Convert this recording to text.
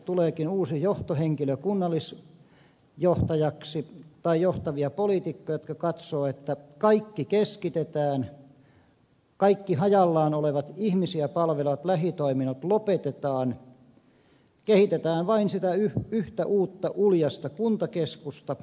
tuleekin uusi johtohenkilö kunnallisjohtajaksi tai johtavia poliitikkoja jotka katsovat että kaikki keskitetään kaikki hajallaan olevat ihmisiä palvelevat lähitoiminnot lopetetaan kehitetään vain sitä yhtä uutta uljasta kuntakeskusta